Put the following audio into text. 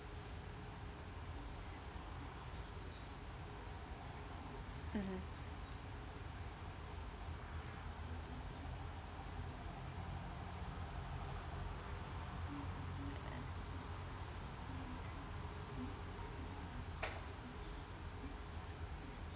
mmhmm